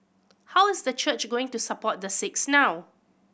how is the church going to support the six now